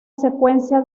secuencia